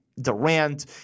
durant